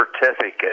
certificate